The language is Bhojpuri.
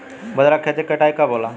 बजरा के खेती के कटाई कब होला?